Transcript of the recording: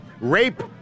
rape